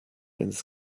ins